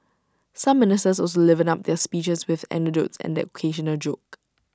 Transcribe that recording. some ministers also livened up their speeches with anecdotes and the occasional joke